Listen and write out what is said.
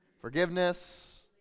Forgiveness